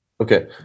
Okay